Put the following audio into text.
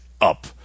up